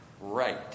right